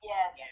Yes